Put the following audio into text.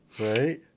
right